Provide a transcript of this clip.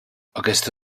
aquesta